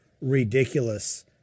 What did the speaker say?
ridiculous